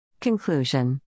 Conclusion